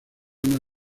una